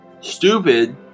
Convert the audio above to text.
stupid